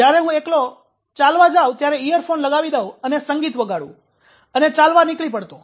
જ્યારે હું એકલો ચાલવા જાવ ત્યારે ઇયરફોન લગાવી દઉં અને સંગીત વગાડુ અને ચાલવા નીકળી પડતો